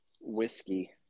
whiskey